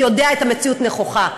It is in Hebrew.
יודע את המציאות נכוחה,